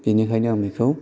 बेनिखायनो आं बेखौ